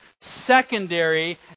secondary